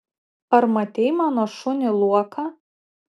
ar matei mano šunį luoką